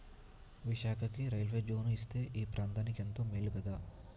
విశాఖకి railway zone ఇస్తే ఈ ప్రాంతనికెంతో మేలు కదా